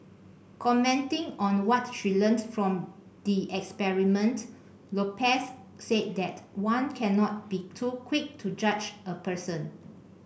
commenting on what she learnt from the experiment Lopez said that one cannot be too quick to judge a person